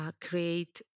create